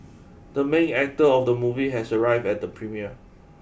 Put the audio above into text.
the main actor of the movie has arrived at the premiere